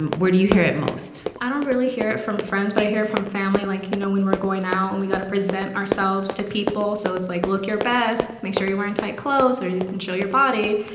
um where do you hear it most? i don't really hear it from friends. but i hear it from family, like, you know, when we're going out and we got to present ourselves to people. so it's like, look your best. make sure you're wearing tight clothes so you can show your body.